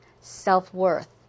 self-worth